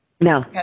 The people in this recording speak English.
No